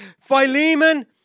Philemon